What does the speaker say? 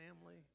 family